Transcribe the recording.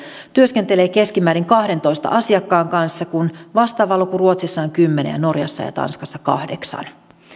työskentelee keskimäärin kahteentoista asiakkaan kanssa kun vastaava luku ruotsissa on kymmenen ja norjassa ja tanskassa kahdeksan